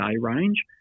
range